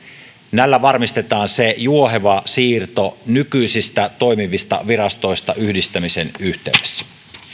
näillä varmistetaan juoheva siirto nykyisistä toimivista virastoista yhdistämisen yhteydessä